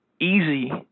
easy